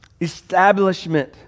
establishment